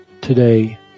today